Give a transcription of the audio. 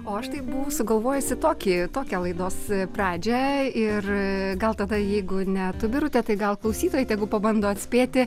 o aš tai buvau sugalvojusi tokį tokią laidos pradžią ir gal tada jeigu ne tu birute tai gal klausytojai tegu pabando atspėti